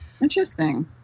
Interesting